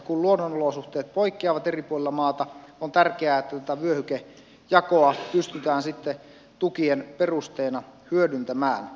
kun luonnonolosuhteet poikkeavat eri puolilla maata on tärkeää että tätä vyöhykejakoa pystytään tukien perusteena hyödyntämään